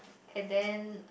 and then